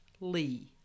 Lee